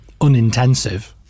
unintensive